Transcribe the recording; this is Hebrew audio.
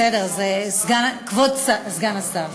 בסדר, כבוד סגן השר.